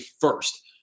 first